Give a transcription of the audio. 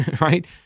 right